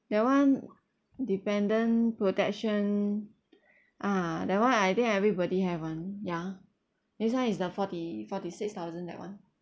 that [one] dependent protection ah that one I think everybody have [one] ya this [one] is the forty forty six thousand that [one]